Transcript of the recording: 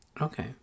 okay